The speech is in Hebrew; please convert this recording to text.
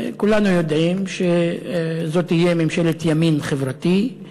כולנו יודעים שזו תהיה ממשלת ימין חברתי,